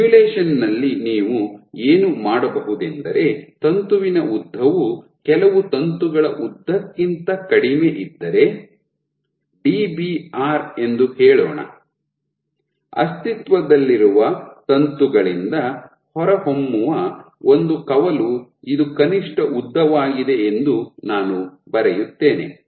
simulation ನಲ್ಲಿ ನೀವು ಏನು ಮಾಡಬಹುದೆಂದರೆ ತಂತುವಿನ ಉದ್ದವು ಕೆಲವು ತಂತುಗಳ ಉದ್ದಕ್ಕಿಂತ ಕಡಿಮೆಯಿದ್ದರೆ ಡಿಬಿಆರ್ ಎಂದು ಹೇಳೋಣ ಅಸ್ತಿತ್ವದಲ್ಲಿರುವ ತಂತುಗಳಿಂದ ಹೊರಹೊಮ್ಮುವ ಒಂದು ಕವಲು ಇದು ಕನಿಷ್ಠ ಉದ್ದವಾಗಿದೆ ಎಂದು ನಾನು ಬರೆಯುತ್ತೇನೆ